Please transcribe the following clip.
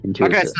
Okay